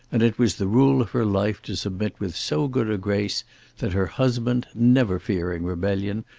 and it was the rule of her life to submit with so good a grace that her husband, never fearing rebellion,